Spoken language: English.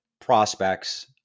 prospects